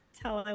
tell